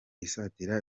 isatira